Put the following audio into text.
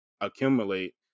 accumulate